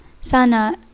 sana